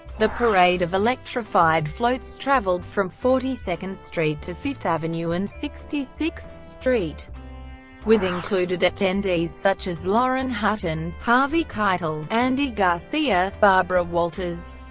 the parade of electrified floats traveled from forty second street to fifth avenue and sixty sixth street with included attendees such as lauren hutton, harvey keitel, andy garcia, barbara walters,